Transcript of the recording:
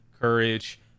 Courage